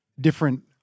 different